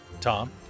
tom